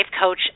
coach